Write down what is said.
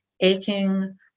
Aching